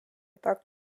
так